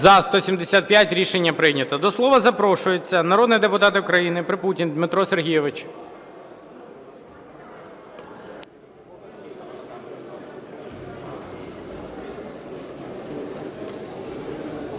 За-175 Рішення прийнято. До слова запрошується народний депутат України Припутень Дмитро Сергійович.